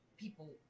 people